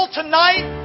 tonight